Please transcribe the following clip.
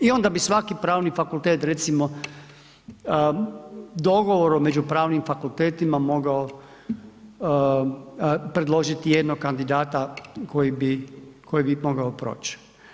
I onda bi svaki pravni fakultet recimo dogovorom među pravnim fakultetima mogao predložiti jednog kandidata koji bi mogao proć.